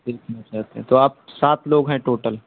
ایک منٹ ٹھہر تو آپ سات لوگ ہیں ٹوٹل